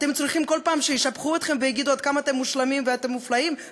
אתם צריכים כל פעם שישבחו אתכם ויגידו עד כמה אתם מושלמים ואתם מופלאים?